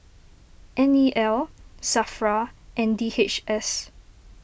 N E L Safra and D H S